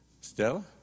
Stella